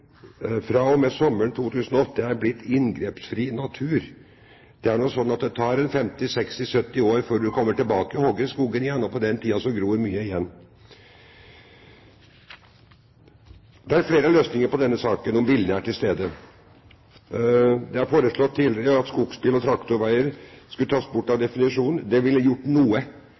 med sommeren 2008 er blitt inngrepsfri natur. Det er slik at det tar 50, 60, 70 år før en kommer tilbake og hogger i skogen igjen, og på den tiden gror mye igjen. Det er flere løsninger på denne saken om viljen er til stede. Jeg har tidligere foreslått at skogsbil- og traktorveier skulle tas bort fra definisjonen. Det ville gjort noe.